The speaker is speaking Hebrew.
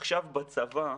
עכשיו, בצבא,